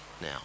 now